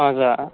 हजुर